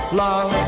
love